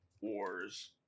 Wars